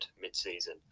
mid-season